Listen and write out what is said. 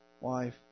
Wife